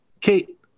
Kate